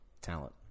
Talent